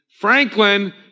Franklin